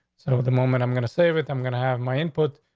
so at the moment i'm going to save it. i'm gonna have my input.